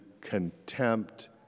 contempt